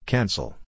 Cancel